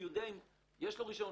אני אדע אם יש לו רישיון,